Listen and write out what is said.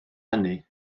hynny